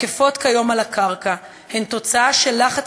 התקפות כיום על הקרקע הן תוצאה של לחץ